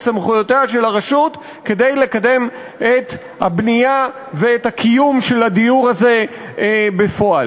סמכויותיה של הרשות כדי לקדם את הבנייה ואת הקיום של הדיור הזה בפועל?